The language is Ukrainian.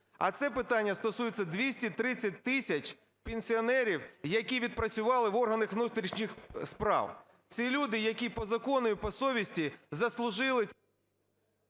А це питання стосується 230 тисяч пенсіонерів, які відпрацювали в органах внутрішніх справ, ці люди, які по закону і по совісті заслужили…